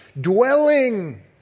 dwelling